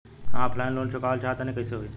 हम offline loan चुकावल चाहऽ तनि कइसे होई?